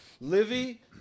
Livy